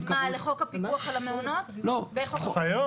נציב כבאות.